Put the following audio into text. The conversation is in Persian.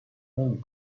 نمی